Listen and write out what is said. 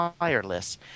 wireless